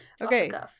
Okay